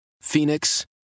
Phoenix